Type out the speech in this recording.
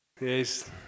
Yes